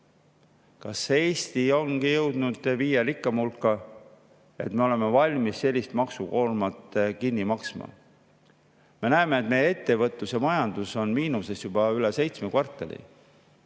Kas Eesti ongi jõudnud viie rikkaima hulka, et me oleme valmis sellist maksukoormust kinni maksma? Me näeme, et meie ettevõtlus ja majandus on miinuses juba üle seitsme kvartali,